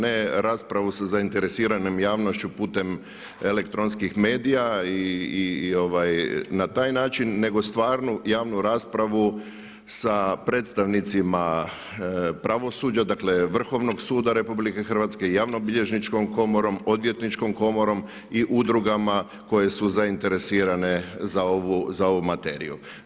Ne raspravu sa zainteresiranom javnošću putem elektronskih medija i na taj način nego stvarnu javnu raspravu sa predstavnicima pravosuđa, dakle Vrhovnog suda RH, Javnobilježničkom komorom, Odvjetničkom komorom i udrugama koje su zainteresirane za ovu materiju.